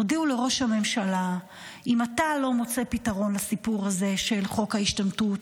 הודיעו לראש הממשלה: אם אתה לא מוצא פתרון לסיפור הזה של חוק ההשתמטות,